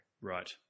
Right